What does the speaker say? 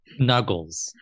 Nuggles